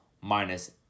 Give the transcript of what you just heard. minus